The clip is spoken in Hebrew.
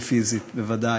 ופיזית בוודאי.